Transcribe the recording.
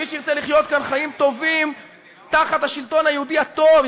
ומי שירצה לחיות כאן חיים טובים תחת השלטון היהודי הטוב,